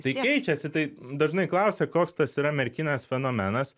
tai keičiasi tai dažnai klausia koks tas yra merkinės fenomenas